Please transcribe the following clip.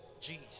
Jesus